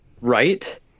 right